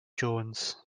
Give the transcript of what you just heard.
jones